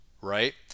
right